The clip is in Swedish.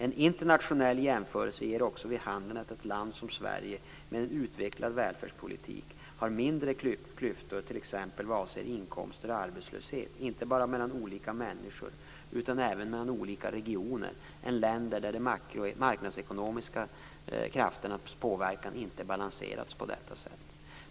En internationell jämförelse ger också vid handen att ett land som Sverige, med en utvecklad välfärdspolitik har mindre klyftor t.ex. vad avser inkomster och arbetslöshet, inte bara mellan olika människor, utan även mellan olika regioner, än länder där de marknadsekonomiska krafternas påverkan inte balanserats på detta sätt.